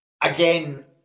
Again